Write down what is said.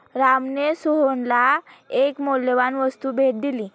रामने सोहनला एक मौल्यवान वस्तू भेट दिली